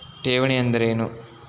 ಠೇವಣಿ ಅಂದ್ರೇನು?